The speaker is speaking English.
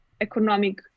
economic